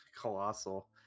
colossal